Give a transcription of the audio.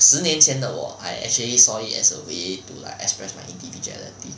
十年前的我 I actually saw it as a way to like express my individuality